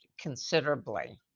considerably